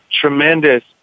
tremendous